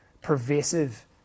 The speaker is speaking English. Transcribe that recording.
pervasive